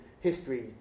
History